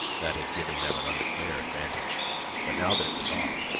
that had given them an unfair advantage but now that it was off,